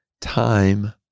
Time